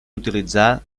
utilitzar